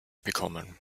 bekommen